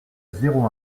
zéro